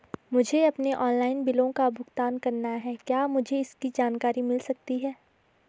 मुझे अपने ऑनलाइन बिलों का भुगतान करना है क्या मुझे इसकी जानकारी मिल सकती है?